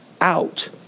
out